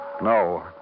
No